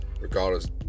regardless